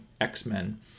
X-Men